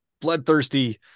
bloodthirsty